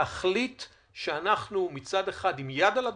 להחליט שאנחנו מצד אחד עם אצבע על הדופק,